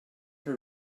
her